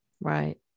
Right